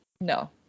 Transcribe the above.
No